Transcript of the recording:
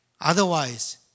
Otherwise